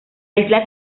isla